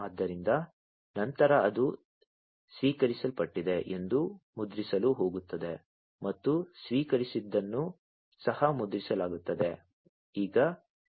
ಆದ್ದರಿಂದ ನಂತರ ಅದು ಸ್ವೀಕರಿಸಲ್ಪಟ್ಟಿದೆ ಎಂದು ಮುದ್ರಿಸಲು ಹೋಗುತ್ತದೆ ಮತ್ತು ಸ್ವೀಕರಿಸಿದದನ್ನು ಸಹ ಮುದ್ರಿಸಲಾಗುತ್ತದೆ